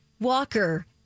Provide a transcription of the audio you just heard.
Walker